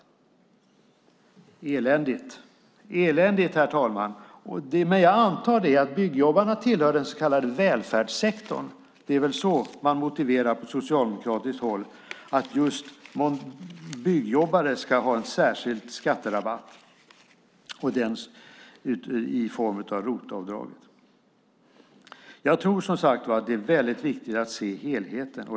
Det är eländigt, herr talman. Jag antar att byggjobbarna tillhör den så kallade välfärdssektorn. Det är väl så man från socialdemokratiskt håll motiverar att just byggjobbare ska ha en särskild skatterabatt i form av ROT-avdrag. Jag tror som sagt var att det är väldigt viktigt att se helheten.